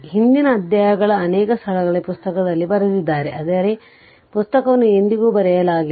ಹಿಂದಿನ ಅಧ್ಯಾಯಗಳ ಅನೇಕ ಸ್ಥಳಗಳಲ್ಲಿ ಪುಸ್ತಕದಲ್ಲಿ ಬರೆದಿದ್ದಾರೆ ಆದರೆ ಪುಸ್ತಕವನ್ನು ಎಂದಿಗೂ ಬರೆಯಲಾಗಿಲ್ಲ